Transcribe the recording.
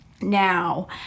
now